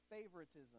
favoritism